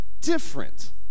different